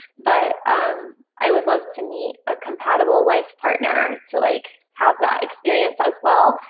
but i would love to meet a compatible life partner to like have that experience as well.